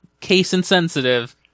case-insensitive